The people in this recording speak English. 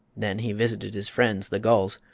then he visited his friends, the gulls,